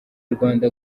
rwanda